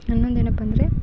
ಇನ್ನೊಂದೇನಪ್ಪಾಂದ್ರೆ